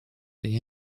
the